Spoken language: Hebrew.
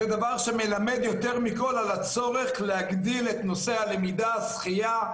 זה דבר שמלמד יותר מכל על הצורך להגדיל את נושא הלמידה לשחייה,